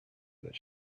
that